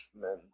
men